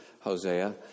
Hosea